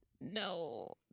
no